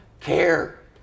care